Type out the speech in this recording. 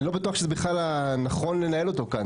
לא בטוח שנכון לנהל אותו כאן.